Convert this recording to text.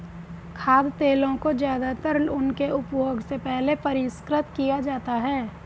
खाद्य तेलों को ज्यादातर उनके उपभोग से पहले परिष्कृत किया जाता है